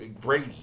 Brady